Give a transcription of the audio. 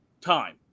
time